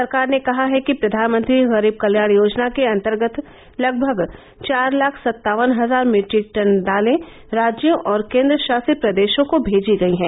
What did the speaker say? सरकार ने कहा है कि प्रधानमंत्री गरीब कल्याण योजना के अंतर्गत लगभग चार लाख सत्तावन हजार मिट्रिक टन दालें राज्यों और केन्द्राशासित प्रदेशों को भेजी गई हैं